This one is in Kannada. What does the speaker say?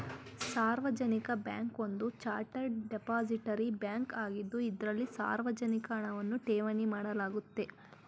ಸಾರ್ವಜನಿಕ ಬ್ಯಾಂಕ್ ಒಂದು ಚಾರ್ಟರ್ಡ್ ಡಿಪಾಸಿಟರಿ ಬ್ಯಾಂಕ್ ಆಗಿದ್ದು ಇದ್ರಲ್ಲಿ ಸಾರ್ವಜನಿಕ ಹಣವನ್ನ ಠೇವಣಿ ಮಾಡಲಾಗುತ್ತೆ